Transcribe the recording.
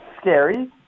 scary